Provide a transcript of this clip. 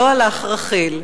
לא הלך רכיל,